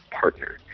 partner